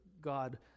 God